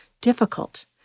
difficult